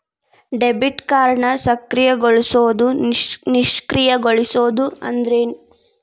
Debit ಕಾರ್ಡ್ನ ಸಕ್ರಿಯಗೊಳಿಸೋದು ನಿಷ್ಕ್ರಿಯಗೊಳಿಸೋದು ಅಂದ್ರೇನು?